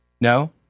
No